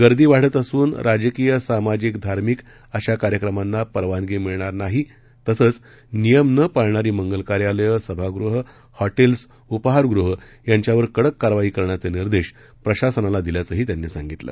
गर्दी वाढत असून राजकीय सामाजिक धार्मिक अशा कार्यक्रमांना परवानगी मिळणार नाही तसद्यानियम न पाळणारी मंगल कार्यालयं सभागृहं हॉटस्कि उपाहारगृहं यांच्यावर कडक कारवाई करण्याचानिर्देश प्रशासनाला दिल्याचंही त्यांनी सांगितलं